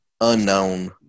unknown